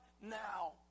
now